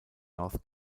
north